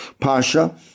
pasha